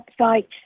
website